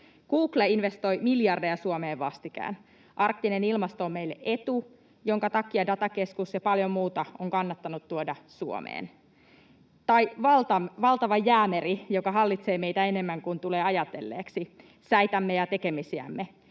Google investoi miljardeja Suomeen vastikään. Arktinen ilmasto on meille etu, jonka takia datakeskus ja paljon muuta on kannattanut tuoda Suomeen. Tai on valtava Jäämeri, joka hallitsee meitä enemmän kuin tulee ajatelleeksi, säitämme ja tekemisiämme.